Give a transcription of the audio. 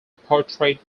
portrait